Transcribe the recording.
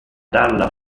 dalla